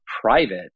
private